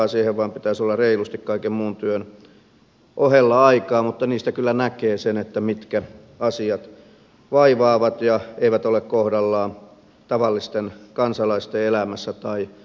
siihen vain pitäisi olla reilusti kaiken muun työn ohella aikaa mutta niistä kyllä näkee sen mitkä asiat vaivaavat ja eivät ole kohdallaan tavallisten kansalaisten elämässä tai hallinnossa